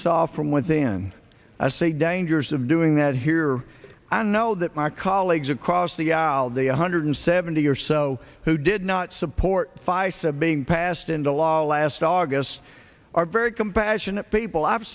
saw from within i say dangers of doing that here i know that my colleagues across the aisle the one hundred seventy or so who did not support fice of being passed into law last august are very compassionate people i've